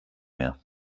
mehr